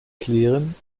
klären